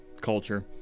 culture